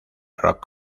rock